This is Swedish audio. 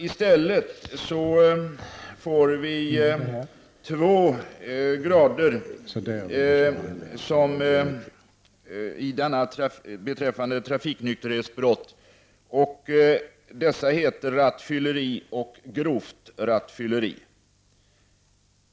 I stället får vi två grader av trafiknykterhetsbrott, nämligen rattfylleri och grovt rattfylleri.